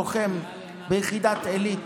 לוחם ביחידת עילית,